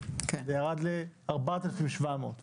זה ירד ל-4,700 אנשים,